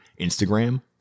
Instagram